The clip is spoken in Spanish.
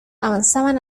avanzaban